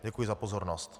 Děkuji za pozornost.